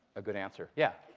a good answer. yeah?